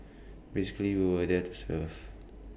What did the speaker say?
basically we were there to serve